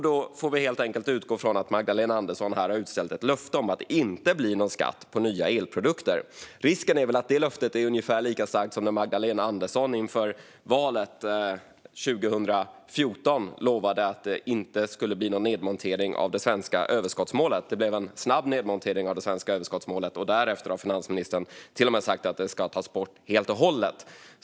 Vi får helt enkelt utgå från att Magdalena Andersson här har utställt ett löfte om att det inte blir någon skatt på nya elprodukter. Risken är väl att det löftet är ungefär lika starkt som när Magdalena Andersson inför valet 2014 lovade att det inte skulle bli någon nedmontering av det svenska överskottsmålet. Det blev en snabb nedmontering av det svenska överskottsmålet. Därefter har finansministern till och med sagt att det ska tas bort helt och hållet.